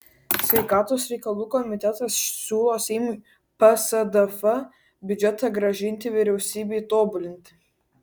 sveikatos reikalų komitetas siūlo seimui psdf biudžetą grąžinti vyriausybei tobulinti